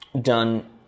done